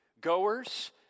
Goers